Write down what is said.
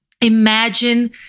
imagine